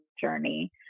journey